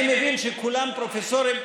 אני מבין שכולם פרופסורים,